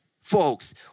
folks